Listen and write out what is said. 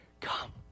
come